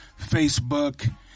Facebook